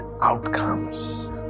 outcomes